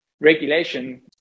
regulation